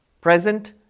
present